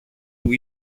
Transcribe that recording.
του